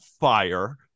fire